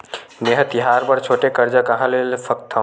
मेंहा तिहार बर छोटे कर्जा कहाँ ले सकथव?